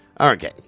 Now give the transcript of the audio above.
Okay